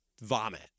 vomit